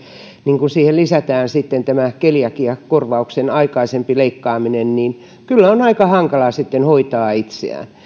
niin kun siihen lisätään sitten tämä keliakiakorvauksen aikaisempi leikkaaminen niin kyllä on aika hankalaa sitten hoitaa itseään